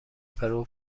پرو